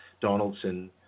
Donaldson